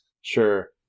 Sure